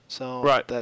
Right